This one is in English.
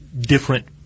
different